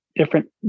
different